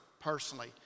personally